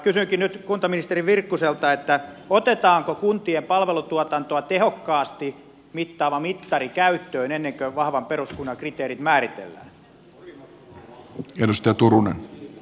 kysynkin nyt kuntaministeri virkkuselta otetaanko kuntien palvelutuotantoa tehokkaasti mittaava mittari käyttöön ennen kuin vahvan peruskunnan kriteerit määritellään